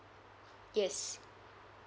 yes